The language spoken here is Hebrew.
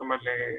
פרסום על לוחות.